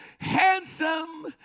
handsome